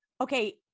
okay